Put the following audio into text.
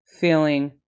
feeling